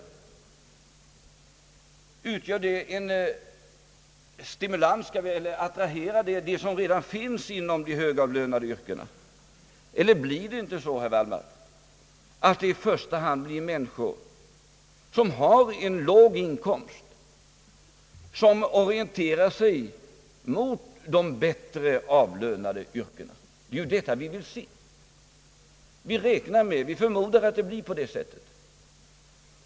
Kommer då dessa kurser att atirahera dem som redan finns inom de högavlönade yrkena? Blir det inte så, herr Wallmark, att det i första hand blir människor med låga inkomster som orienterar sig mot de bättre avlönade yrkena? Det är detta vi vill se. Vi förmodar att det blir på det sättet.